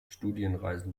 studienreisen